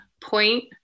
point